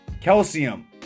calcium